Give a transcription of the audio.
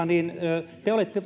niin te olette